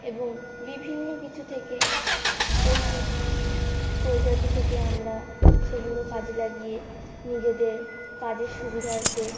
এবং বিভিন্ন কিছু থেকে পশু প্রজাতি থেকে আমরা সেগুলো কাজে লাগিয়ে নিজেদের কাজের সুবিধার্থে